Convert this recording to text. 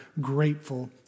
grateful